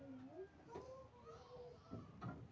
व्यक्तिगत खाता कॉरपोरेट खाता सं अलग होइ छै